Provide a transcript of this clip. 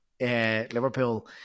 Liverpool